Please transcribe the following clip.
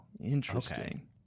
interesting